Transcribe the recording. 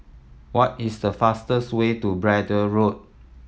what is the fastest way to Braddell Road